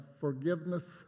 forgiveness